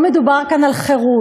לא מדובר כאן על חירות,